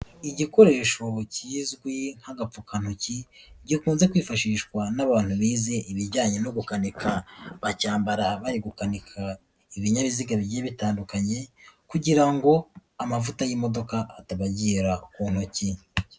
Igikoresho kizwi nk'agapfukantoki, gikunze kwifashishwa n'abantu bize ibijyanye no gukanika bacyambara bari gukanika ibinyabiziga bigiye bitandukanye kugira ngo amavuta y'imodoka atabagera ku ntoki.